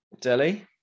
delhi